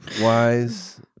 wise